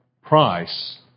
price